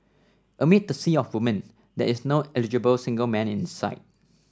amid the sea of women there's no eligible single man in sight